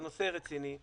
זה נושא רציני.